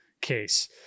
case